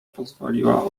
pozwoliła